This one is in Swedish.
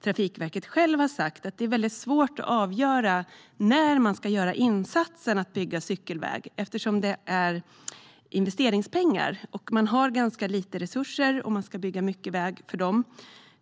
Trafikverket självt har sagt att det är väldigt svårt att avgöra när man ska göra insatsen att bygga cykelväg, eftersom det är investeringspengar. Trafikverket har ganska små resurser och ska bygga mycket väg för dem.